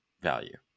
value